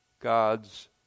God's